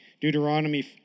Deuteronomy